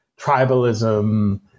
tribalism